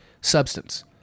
substance